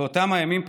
באותם הימים,